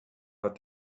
but